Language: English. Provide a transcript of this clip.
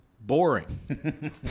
boring